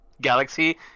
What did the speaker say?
Galaxy